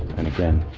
and again